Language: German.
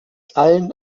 allen